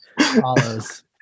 follows